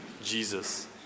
Jesus